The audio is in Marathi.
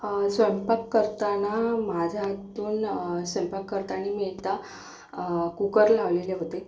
स्वयंपाक करताना माझ्या हातून स्वयंपाक करताना मी एकदा कुक्कर लावलेले होते